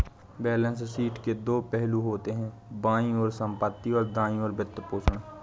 balance sheet के दो पहलू होते हैं, बाईं ओर संपत्ति, और दाईं ओर वित्तपोषण